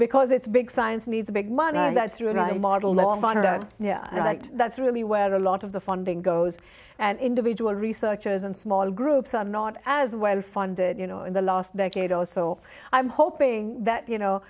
because it's big science needs big money and that's really model yeah that's really where a lot of the funding goes and individual researchers and small groups are not as well funded you know in the last decade or so i'm hoping that you know